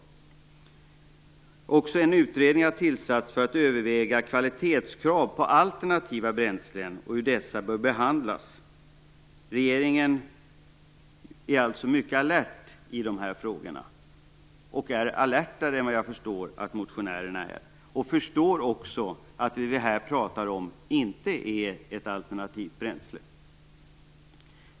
Det har också tillsatts en utredning som skall överväga kvalitetskrav på alternativa bränslen och hur dessa bör behandlas. Regeringen är alltså mycket alert i de här frågorna, alertare än vad jag förstår att motionärerna är. Den förstår också att det som vi här pratar om inte är ett alternativt bränsle.